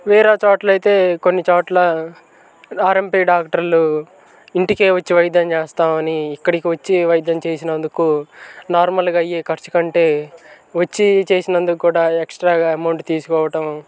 వేరే చోట్ల అయితే కొన్నిచోట్ల ఆర్ఎంపీ డాక్టర్లు ఇంటికి వచ్చి వైద్యం చేస్తామని ఇక్కడికి వచ్చి వైద్యం చేసినందుకు నార్మల్గా అయ్యే ఖర్చు కంటే వచ్చి చేసినందుకు కూడా ఎక్స్ట్రాగా అమౌంట్ తీసుకోవడం